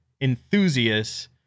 enthusiasts